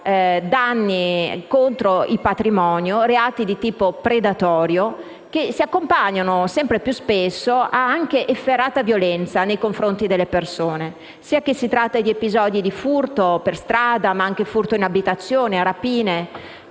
danni contro il patrimonio, reati di tipo predatorio, che si accompagnano, sempre più spesso, ad efferata violenza nei confronti delle persone, sia che si tratti di episodi di furto in strada o in abitazione, sia